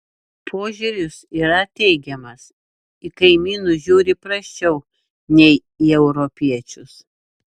požiūris yra teigiamas į kaimynus žiūri prasčiau nei į europiečius